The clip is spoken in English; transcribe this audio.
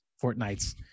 fortnights